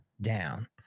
down